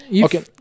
Okay